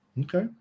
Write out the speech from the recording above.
Okay